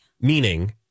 meaning